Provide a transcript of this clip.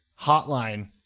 hotline